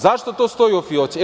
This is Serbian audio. Zašto to stoji u fijoci?